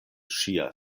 ŝia